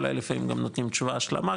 אולי לפעמים גם נותנים תשובה השלמה,